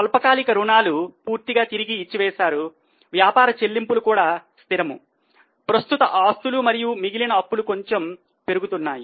స్వల్పకాలిక రుణాలు మరియు మిగిలిన అప్పులు కొంచెం పెరుగుతున్నాయి